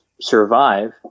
survive